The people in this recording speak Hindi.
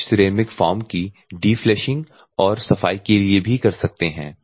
कुछ सिरेमिक फॉर्म की डिफ्लेशिंग और सफाई के लिए भी कर सकते हैं